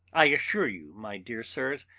i assure you, my dear sirs,